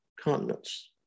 continents